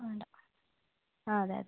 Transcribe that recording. വേണ്ട ആ അതെ അതെ